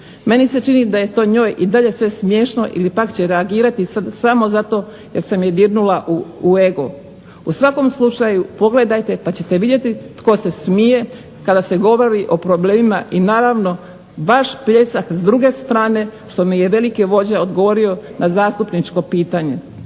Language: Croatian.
Meni se čini da je to njoj i dalje sve smiješno ili pak će reagirati samo zato jer sam je dirnula u ego. U svakom slučaju pogledajte pa ćete vidjeti tko se smije kada se govori o problemima i naravno vaš pljesak s druge strane što mi je veliki vođa odgovorio na zastupničko pitanje.